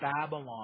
Babylon